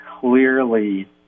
clearly